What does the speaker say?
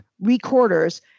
recorders